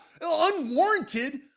Unwarranted